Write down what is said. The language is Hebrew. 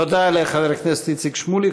תודה לחבר הכנסת איציק שמולי.